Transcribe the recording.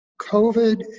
covid